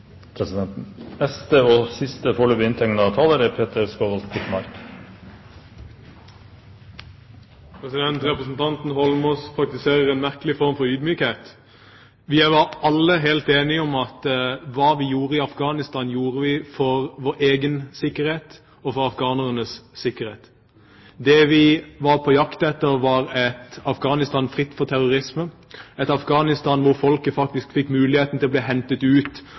presidenten. Representanten Holmås praktiserer en merkelig form for ydmykhet. Vi var alle helt enige om at det vi gjorde i Afghanistan, gjorde vi for vår egen sikkerhet og for afghanernes sikkerhet. Det vi var på jakt etter, var et Afghanistan fritt for terrorisme, et Afghanistan hvor folket faktisk fikk muligheten til å bli hentet ut